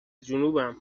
جنوبم